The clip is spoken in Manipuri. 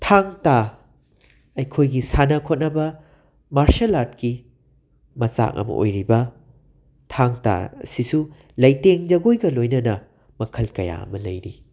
ꯊꯥꯡ ꯇꯥ ꯑꯩꯈꯣꯏꯒꯤ ꯁꯥꯅ ꯈꯣꯠꯅꯕ ꯃꯥꯔꯁꯦꯜ ꯑꯥꯔꯠꯀꯤ ꯃꯆꯥꯛ ꯑꯃ ꯑꯣꯏꯔꯤꯕ ꯊꯥꯡ ꯇꯥ ꯑꯁꯤꯁꯨ ꯂꯩꯇꯦꯡ ꯖꯒꯣꯏꯒ ꯂꯣꯏꯅꯅ ꯃꯈꯜ ꯀꯌꯥ ꯑꯃ ꯂꯩꯔꯤ